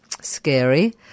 scary